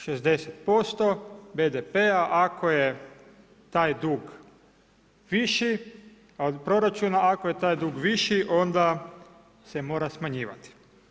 60% BDP-a, ako je taj dug više od proračuna, ako je taj dug viši, onda se mora smanjivati.